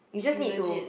you just need to